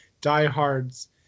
diehards